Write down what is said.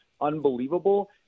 unbelievable